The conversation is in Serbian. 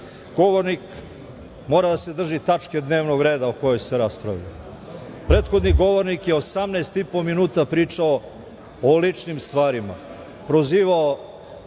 ostale. Govornik mora da se drži tačke dnevnog reda o kojoj se raspravlja. Prethodni govornik je 18,5 minuta pričao o ličnim stvarima, prozivao